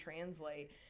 translate